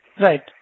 Right